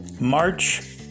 March